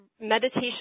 meditation